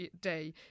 day